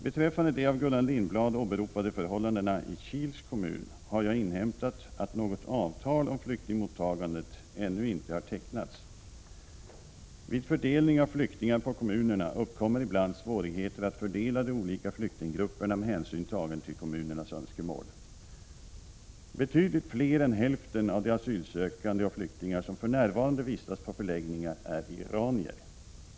Beträffande de av Gullan Lindblad åberopade förhållandena i Kils kommun har jag inhämtat att något avtal om flyktingmottagandet ännu inte har tecknats. Vid fördelning av flyktingar på kommunerna uppkommer ibland svårigheter att fördela de olika flyktinggrupperna med hänsyn tagen till kommunernas önskemål. Betydligt fler än hälften av de asylsökande och flyktingar som för närvarande vistas på förläggningar är iranier.